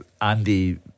Andy